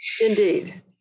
Indeed